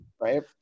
Right